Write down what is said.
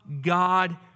God